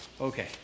Okay